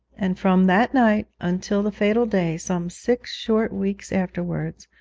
and from that night until the fatal day, some six short weeks afterwards,